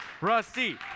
Rusty